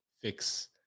fix